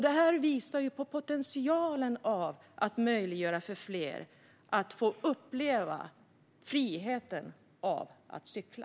Detta visar på potentialen att möjliggöra för fler att få uppleva friheten av att cykla.